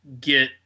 get